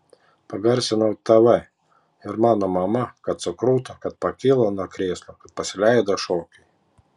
pagarsinau tv ir mano mama kad sukruto kad pakilo nuo krėslo kad pasileido šokiui